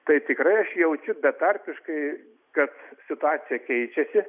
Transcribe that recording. tai tikrai aš jaučiu betarpiškai kad situacija keičiasi